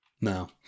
No